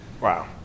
Wow